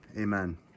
amen